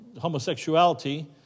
homosexuality